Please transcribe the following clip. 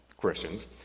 Christians